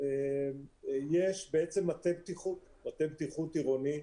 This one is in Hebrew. יש מטה בטיחות עירוני.